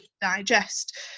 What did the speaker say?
digest